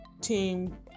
team